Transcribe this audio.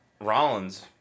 Rollins